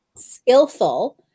Skillful